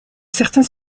certain